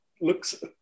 looks